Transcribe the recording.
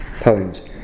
poems